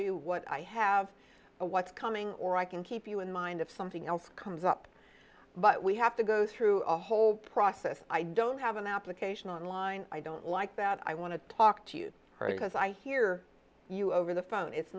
you what i have what's coming or i can keep you in mind of something else comes up but we have to go through a whole process i don't have an application on line i don't like that i want to talk to you because i hear you over the phone it's